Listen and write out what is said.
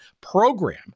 program